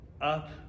up